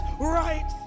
right